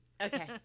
Okay